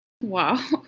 Wow